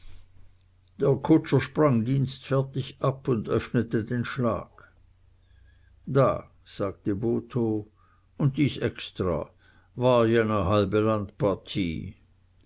der kutscher sprang dienstfertig ab und öffnete den schlag da sagte botho und dies extra war ja ne halbe